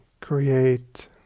create